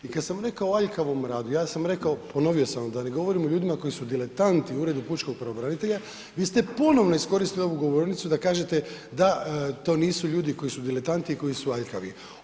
I kada sam rekao o aljkavom radu, ja sam rekao ponovio sam da ne govorim o ljudima koji su diletanti u Uredu pučkog pravobranitelja, vi ste ponovno iskoristili ovu govornicu da kažete da to nisu ljudi koji su diletanti i koji su aljkavi.